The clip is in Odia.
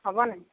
ହେବନି